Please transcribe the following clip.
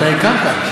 אתה הקמת,